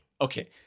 Okay